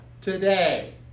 today